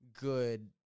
good